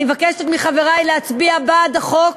אני מבקשת מחברי להצביע בעד החוק